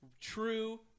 true